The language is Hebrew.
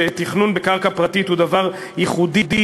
שתכנון בקרקע פרטית הוא דבר ייחודי,